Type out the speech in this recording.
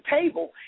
table